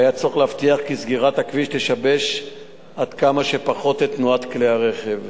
והיה צורך להבטיח כי סגירת הכביש תשבש עד כמה שפחות את תנועת כלי הרכב.